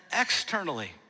externally